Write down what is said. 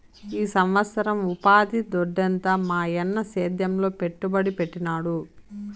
ఈ సంవత్సరం ఉపాధి దొడ్డెంత మాయన్న సేద్యంలో పెట్టుబడి పెట్టినాడు